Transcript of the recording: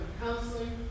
counseling